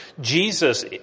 Jesus